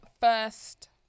first